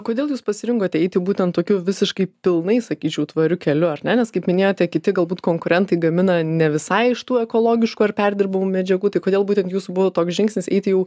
kodėl jūs pasirinkote eiti būtent tokiu visiškai pilnai sakyčiau tvariu keliu ar ne nes kaip minėjote kiti galbūt konkurentai gamina ne visai iš tų ekologiškų ar perdirbamų medžiagų tai kodėl būtent jūsų buvo toks žingsnis eiti jau